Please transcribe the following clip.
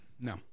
No